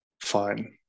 fine